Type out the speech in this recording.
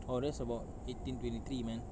!wow! that's about eighteen twenty three man